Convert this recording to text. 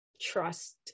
trust